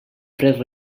fred